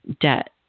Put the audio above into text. debt